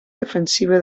defensiva